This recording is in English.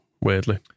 weirdly